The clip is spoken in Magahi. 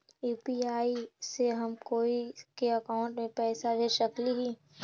यु.पी.आई से हम कोई के अकाउंट में पैसा भेज सकली ही?